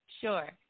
Sure